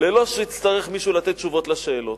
בלא שיצטרך מישהו לתת תשובות על השאלות.